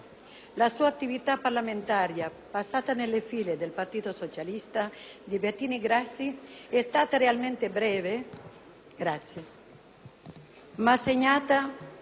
La sua attività parlamentare, passata nelle file del Partito Socialista di Bettino Craxi, è stata relativamente breve, ma